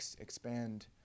expand